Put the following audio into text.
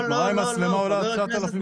מראה עם מצלמה עולה 9,000 שקלים.